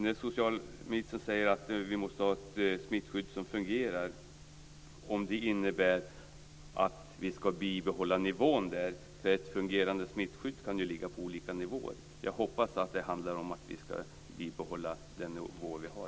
När socialministern säger att vi måste ha ett smittskydd som fungerar, undrar jag om det innebär att vi ska bibehålla nivån. Ett fungerande smittskydd kan ligga på olika nivåer. Jag hoppas att det handlar om att vi ska bibehålla den nivå vi har.